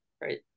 right